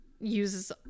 uses